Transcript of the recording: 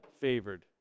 favored